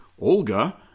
Olga